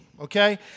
Okay